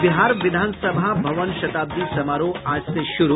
और बिहार विधानसभा भवन शताब्दी समारोह आज से शुरू